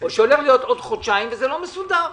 או זה לא מסודר.